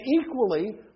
equally